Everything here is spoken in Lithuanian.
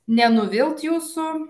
nenuvilt jūsų